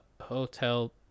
Hotel